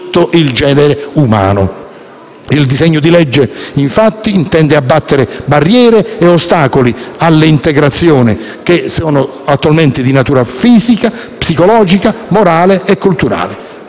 Il disegno di legge infatti intende abbattere barriere ed ostacoli all'integrazione, che sono attualmente di natura fisica, psicologica, morale e culturale.